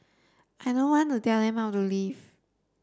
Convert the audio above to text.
I don't want to tell them how to live